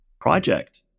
project